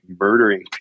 murdering